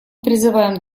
призываем